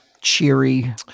cheery